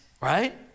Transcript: right